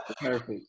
Perfect